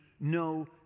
no